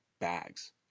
bags